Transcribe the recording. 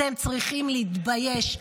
אתם צריכים להתבייש.